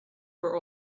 for